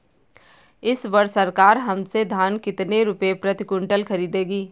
इस वर्ष सरकार हमसे धान कितने रुपए प्रति क्विंटल खरीदेगी?